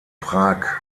prag